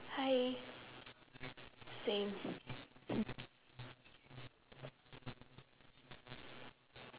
hi same